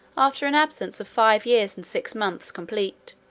after an absence of five years and six months complete.